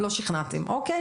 כי אתם לא שכנעתם, אוקיי?